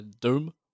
Doom